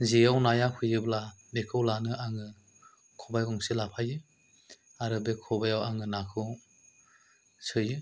जेआव नाया फैयोब्ला बेखौ लानो आङो खबाय गंसे लाफायो आरो बे खबायाव आङो नाखौ सोयो